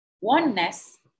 Oneness